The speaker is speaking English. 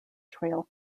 trail